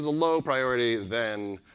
low priority, then